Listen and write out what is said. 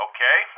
Okay